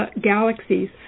galaxies